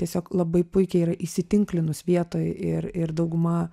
tiesiog labai puikiai yra įsitinklinus vietoj ir ir dauguma